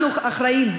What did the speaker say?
אנחנו אחראים,